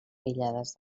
aïllades